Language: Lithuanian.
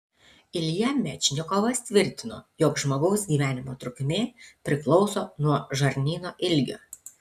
ilja mečnikovas tvirtino jog žmogaus gyvenimo trukmė priklauso nuo žarnyno ilgio